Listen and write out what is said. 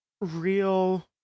real